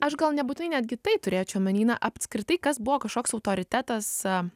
aš gal nebūtinai netgi tai turėčiau omeny na apskritai kas buvo kažkoks autoritetas